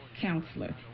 counselor